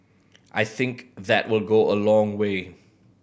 I think that will go a long way